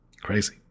crazy